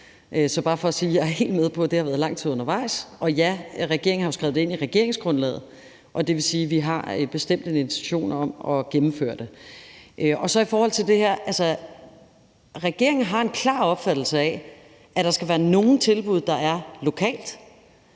er bare for at sige, at jeg er helt med på, at det har været lang tid undervejs. Og ja, regeringen har skrevet det ind i regeringsgrundlaget. Det vil sige, at vi bestemt har en intention om at gennemføre det. Regeringen har en klar opfattelse af, at der skal være nogle tilbud, der er lokale,